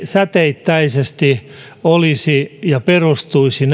säteittäisesti ja suunnitelma perustuisi